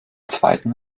zweiten